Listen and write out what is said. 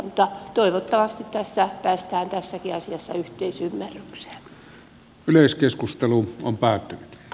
mutta toivottavasti päästään tässäkin asiassa yhteisymmärrykseen